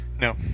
No